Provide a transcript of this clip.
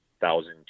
thousand